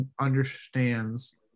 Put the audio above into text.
understands